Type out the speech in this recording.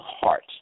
heart